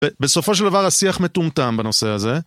בסופו של דבר השיח מטומטם בנושא הזה.